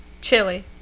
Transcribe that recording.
Chili